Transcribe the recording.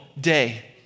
day